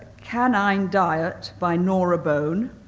canine diet by nora bone,